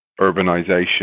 urbanization